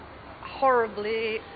horribly